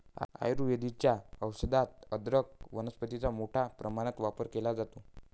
आयुर्वेदाच्या औषधात अदरक वनस्पतीचा मोठ्या प्रमाणात वापर केला जातो